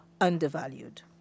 undervalued